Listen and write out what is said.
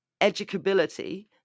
educability